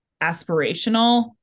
aspirational